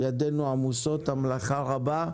ידינו עמוסות, המלאכה רבה.